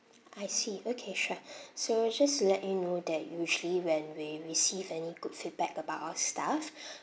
I see okay sure so just let you know that usually when we receive any good feedback about our staff